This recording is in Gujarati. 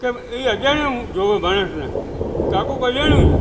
કે એ અજાણ્યા જુએ માણસને ક્યાં કોઈ અજાણ્યું છે